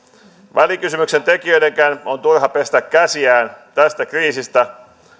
välikysymyksen tekijöidenkään on turha pestä käsiään tästä kriisistä